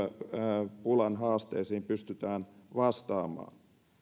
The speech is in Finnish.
työvoimapulan haasteisiin pystytään vastaamaan